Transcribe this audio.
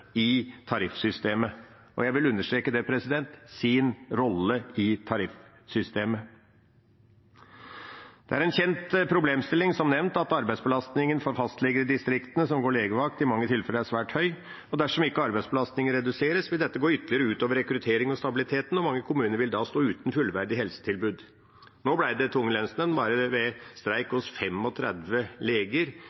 i tariffsystemet – jeg vil understreke det: sin rolle i tariffsystemet. Det er som nevnt en kjent problemstilling at arbeidsbelastningen for fastleger som går legevakt i distriktene, i mange tilfeller er svært høy. Dersom ikke arbeidsbelastningen reduseres, vil dette gå ytterligere ut over rekrutteringen og stabiliteten, og mange kommuner vil da stå uten et fullverdig helsetilbud. Nå ble det tvungen lønnsnemnd ved streik